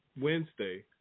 Wednesday